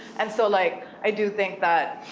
and so, like, i do think that,